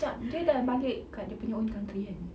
jap dia dah balik kat dia punya own country kan